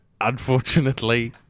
unfortunately